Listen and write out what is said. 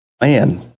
Man